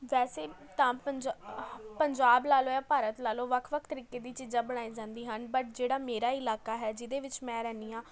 ਵੈਸੇ ਤਾਂ ਪੰਜਾ ਪੰਜਾਬ ਲਾ ਲਉ ਜਾਂ ਭਾਰਤ ਲਾ ਲਉ ਵੱਖ ਵੱਖ ਤਰੀਕੇ ਦੀ ਚੀਜ਼ਾਂ ਬਣਾਈ ਜਾਂਦੀ ਹਨ ਬਟ ਜਿਹੜਾ ਮੇਰਾ ਇਲਾਕਾ ਹੈ ਜਿਹਦੇ ਵਿੱਚ ਮੈਂ ਰਹਿੰਦੀ ਹਾਂ